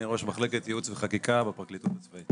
אני ראש מחלקת ייעוץ וחקיקה בפרקליטות הצבאית.